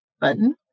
button